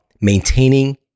maintaining